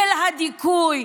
של הדיכוי.